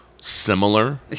similar